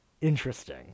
interesting